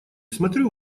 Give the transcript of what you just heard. смотрю